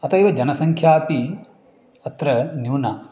अथैव जनसङ्ख्यापि अत्र न्यूना